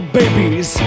babies